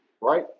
right